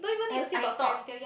as I thought